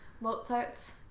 Mozart's